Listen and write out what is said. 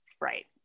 Right